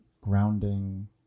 grounding